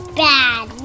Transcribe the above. bad